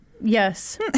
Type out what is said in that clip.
Yes